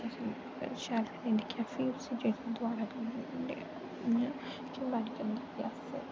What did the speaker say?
शैल करी दिक्खियै फ्ही उसी केईं बारी केह् होंदा कि अस